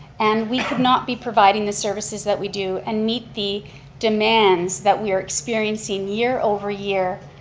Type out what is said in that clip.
and we could not be providing the services that we do, and meet the demands that we are experiencing, year over year.